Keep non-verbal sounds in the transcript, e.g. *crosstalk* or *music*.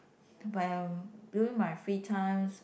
but *noise* during my free times